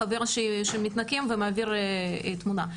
חבר שמתנקם ומעביר תמונה,